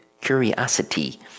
curiosity